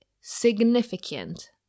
significant